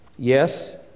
Yes